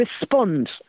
respond